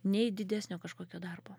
nei didesnio kažkokio darbo